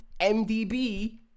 MDB